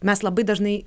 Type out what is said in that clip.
mes labai dažnai